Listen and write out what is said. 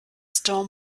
storm